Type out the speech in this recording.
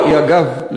אגב,